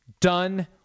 done